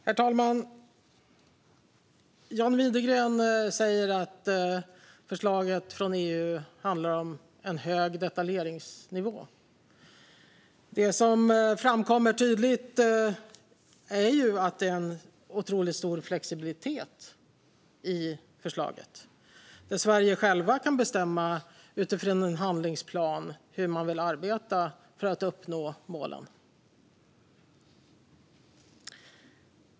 Herr talman! John Widegren säger att förslaget från EU handlar om en hög detaljeringsnivå. Det som framkommer tydligt är dock att det finns en otroligt stor flexibilitet i förslaget. Sverige kan självt, utifrån en handlingsplan, bestämma hur man vill arbeta för att uppnå målen.